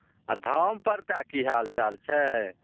आ धाम परका की हालचाल छै